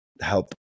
help